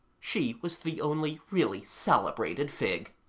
she was the only really celebrated fig.